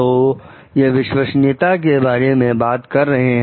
तो यह विश्वसनीयता के बारे में बात कर रहे हैं